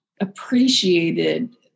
appreciated